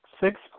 six